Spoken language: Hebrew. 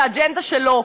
זו האג'נדה שלו,